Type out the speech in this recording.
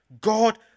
God